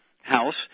House